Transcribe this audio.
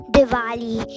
Diwali